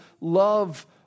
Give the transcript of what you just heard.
love